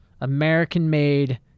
American-made